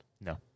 No